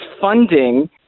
funding